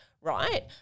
right